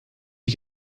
you